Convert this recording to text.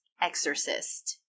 Exorcist